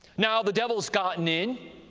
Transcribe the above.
now the devil's gotten in